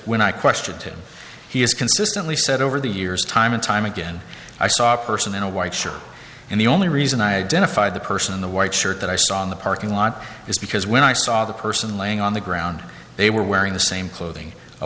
when i questioned him he has consistently said over the years time and time again i saw a person in a white shirt and the only reason i dinna five the person in the white shirt that i saw in the parking lot is because when i saw the person laying on the ground they were wearing the same clothing a